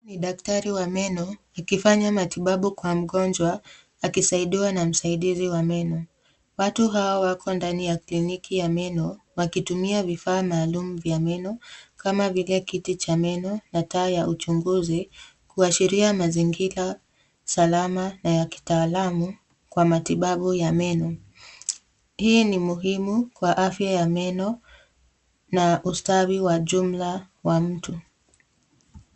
Ni daktari wa meno akifanya matibabu kwa mgonjwa, akisaidiwa na msaidizi wa meno. Watu hawa wako ndani ya kliniki ya meno, wakitumia vifaa maalum vya meno kama vile kiti cha meno na taa ya uchunguzi, kuashiria mazingira salama na ya kitaalamu kwa matibabu ya meno. Hii ni muhimu kwa afya ya meno na ustawi wa jumla wa mtu.